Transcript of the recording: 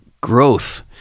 growth